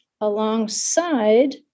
alongside